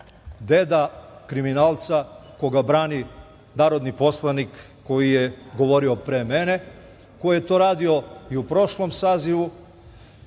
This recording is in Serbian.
deda kriminalca koga brani narodni poslanik koji je govorio pre mene, a koji je to radio i u prošlom sazivu,